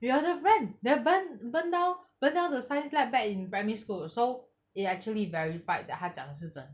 your other friend that burn that burn down the science lab back in primary school so it actually verify that 他讲的是真的